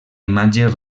imatge